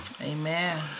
Amen